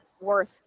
worth